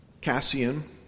Cassian